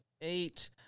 eight